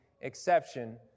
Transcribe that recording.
exception